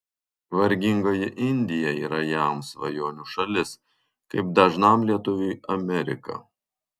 vargingoji indija yra jam svajonių šalis kaip dažnam lietuviui amerika